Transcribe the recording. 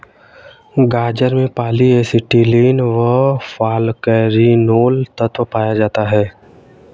गाजर में polyacetylene व फालकैरिनोल तत्व पाया जाता है